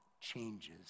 changes